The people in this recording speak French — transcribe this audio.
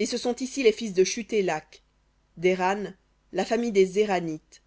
et ce sont ici les fils de shuthélakh d'éran la famille des éranites